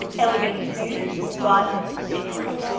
elegant to use, but it's free.